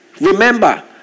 Remember